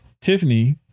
Tiffany